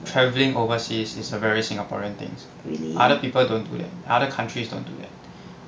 travelling overseas is a very singaporean things other people don't do that other countries don't do that